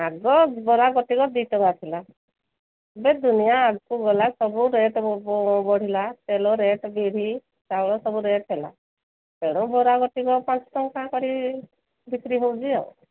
ଆଗ ବରା ଗୋଟିକ ଦୁଇ ଟଙ୍କା ଥିଲା ଏବେ ଦୁନିଆ ଆଗକୁ ଗଲା ସବୁ ରେଟ୍ ବଢ଼ିଲା ତେଲ ରେଟ୍ ବିରି ଚାଉଳ ସବୁ ରେଟ୍ ହେଲା ତେଣୁ ବରା ଗୋଟିକ ପାଞ୍ଚ ଟଙ୍କା କରି ବିକ୍ରି ହେଉଛି ଆଉ